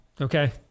okay